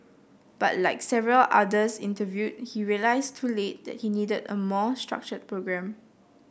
but like several others interviewed he realised too late that he needed a more structured programme